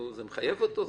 זה מחייב אותו?